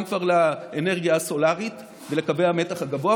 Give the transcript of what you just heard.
גם כבר לאנרגיה הסולרית ולקווי המתח הגבוה,